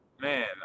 Man